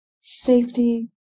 safety